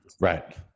Right